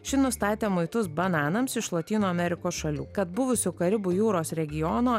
ši nustatė muitus bananams iš lotynų amerikos šalių kad buvusių karibų jūros regiono